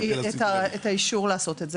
נכון, לא נותנים את האישור לעשות את זה.